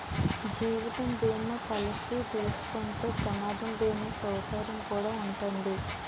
జీవిత బీమా పాలసీ తీసుకుంటే ప్రమాద బీమా సౌకర్యం కుడా ఉంటాది